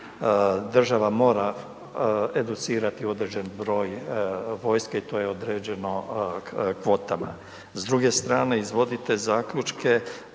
Država mora educirati određen broj vojske i to je određeno kvotama. S druge strane, izvodite zaključke